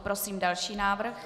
Prosím další návrh.